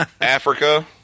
Africa